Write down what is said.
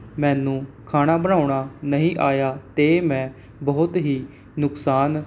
ਮੈਨੂੰ ਖਾਣਾ ਬਣਾਉਣਾ ਨਹੀਂ ਆਇਆ ਅਤੇ ਮੈਂ ਬਹੁਤ ਹੀ ਨੁਕਸਾਨ